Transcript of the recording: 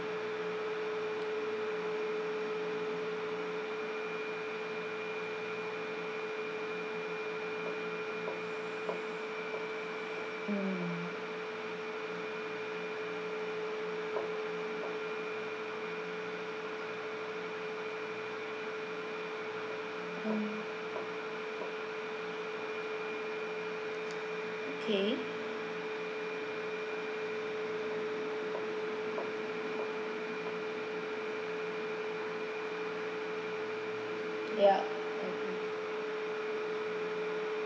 mm mm okay yeah mmhmm